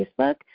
Facebook